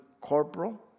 corporal